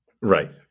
Right